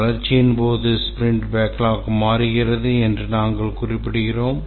வளர்ச்சியின் போது sprint backlog மாறுகிறது என்று நாங்கள் குறிப்பிடுகிறோம்